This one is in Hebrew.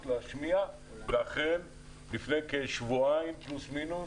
להשמיע ואכן לפני כשבועיים פלוס-מינוס,